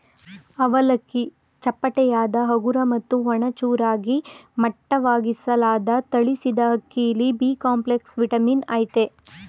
ಅವಲಕ್ಕಿ ಚಪ್ಪಟೆಯಾದ ಹಗುರ ಮತ್ತು ಒಣ ಚೂರಾಗಿ ಮಟ್ಟವಾಗಿಸಲಾದ ತಳಿಸಿದಅಕ್ಕಿಲಿ ಬಿಕಾಂಪ್ಲೆಕ್ಸ್ ವಿಟಮಿನ್ ಅಯ್ತೆ